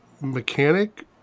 mechanic